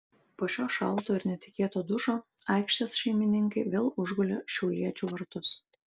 po šio šalto ir netikėto dušo aikštės šeimininkai vėl užgulė šiauliečių vartus